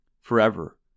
Forever